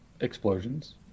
explosions